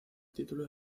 título